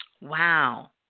Wow